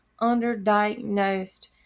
underdiagnosed